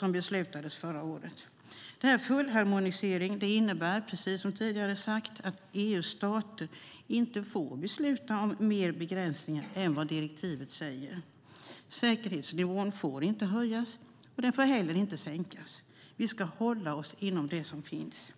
Det beslutades förra året. Fullharmonisering innebär, precis som har sagts tidigare, att EU:s stater inte får besluta om fler begränsningar än direktivet säger. Säkerhetsnivån får inte höjas - inte heller sänkas. Vi ska hålla oss inom de ramar som finns.